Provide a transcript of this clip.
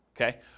okay